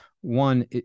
one